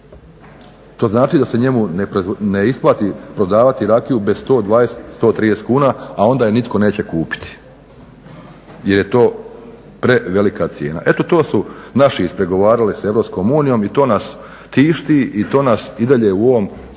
To znači da se njemu ne isplati prodavati rakiju bez 120, 130 kuna a onda je nitko neće kupiti jer je to prevelika cijena. Eto to su naši ispregovarali sa Europskom unijom i to nas tišti i to nas i dalje u ovom